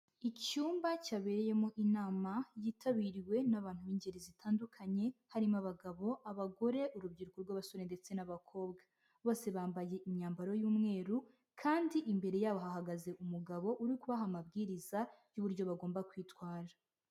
Icyumba cyabereyemo inama yitabiriwe n'abantu b'ingeri zitandukanye harimo abagabo, abagore, urubyiruko rw'abasore ndetse n'abakobwa, bose bambaye imyambaro y'umweru kandi imbere yabo hahagaze umugabo uri kubaha amabwiriza y'uburyo bagomba kwitwara.